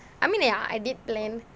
I mean ya I did plan